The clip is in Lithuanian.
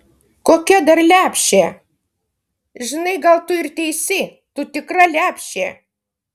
kokia dar lepšė žinai gal tu ir teisi tu tikra lepšė